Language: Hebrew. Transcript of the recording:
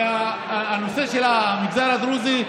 כי הנושא של המגזר הדרוזי,